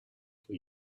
for